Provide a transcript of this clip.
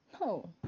No